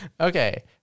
okay